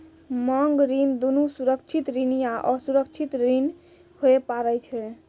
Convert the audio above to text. मांग ऋण दुनू सुरक्षित ऋण या असुरक्षित ऋण होय पारै छै